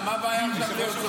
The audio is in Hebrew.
לא, מה הבעיה עכשיו להיות סבלני?